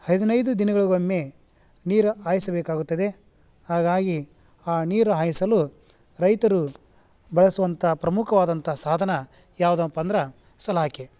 ಹದಿನೈದು ದಿನಗಳಿಗೊಮ್ಮೆ ನೀರು ಹಾಯ್ಸಬೇಕಾಗುತ್ತದೆ ಹಾಗಾಗಿ ಆ ನೀರು ಹಾಯಿಸಲು ರೈತರು ಬಳಸುವಂಥ ಪ್ರಮುಖವಾದಂಥ ಸಾಧನ ಯಾವುದಪ್ಪ ಅಂದ್ರೆ ಸಲಾಕೆ